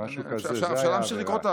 אפשר להמשיך לקרוא.